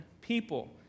people